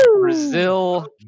Brazil